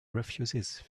refuses